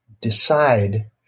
decide